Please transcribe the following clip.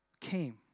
came